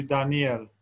Daniel